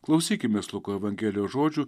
klausykimės luko evangelijos žodžių